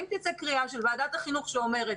אם תצא קריאה של ועדת החינוך האומרת: